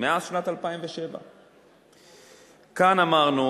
מאז שנת 2007. כאן אמרנו,